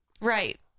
Right